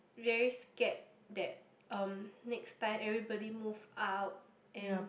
very scared that um next time everybody move out and